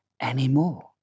anymore